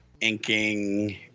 inking